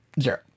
Zero